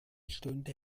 stunde